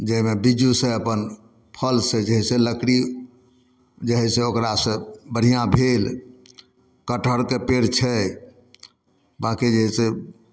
जाहिमे बिज्जूसँ अपन फलसँ जे छै जाहिसँ लकड़ी रहै से ओकरा से बढ़िआँ भेल कटहरके पेड़ छै बाँकी जे छै